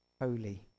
holy